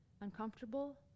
uncomfortable